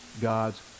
God's